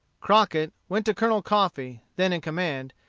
crockett went to colonel coffee, then in command,